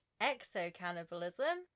exocannibalism